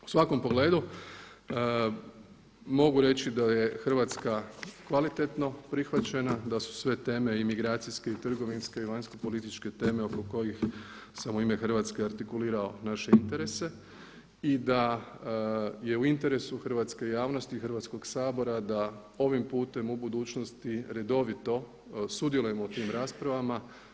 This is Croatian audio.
U svakom pogledu mogu reći da je Hrvatska kvalitetno prihvaćena, da su sve teme i migracijske i trgovinske i vanjskopolitičke teme oko kojih sam u ime Hrvatske artikulirao naše interese i da je u interesu hrvatske javnosti i Hrvatskog sabora da ovim putem u budućnosti redovito sudjelujemo u tim raspravama.